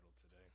today